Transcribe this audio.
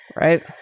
Right